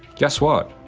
guess what.